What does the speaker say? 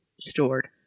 stored